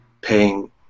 paying